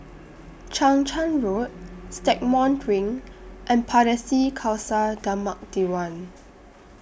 Chang Charn Road Stagmont Ring and Pardesi Khalsa Dharmak Diwan